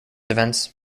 events